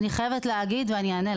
אני חייבת באמת להגיד